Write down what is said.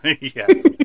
Yes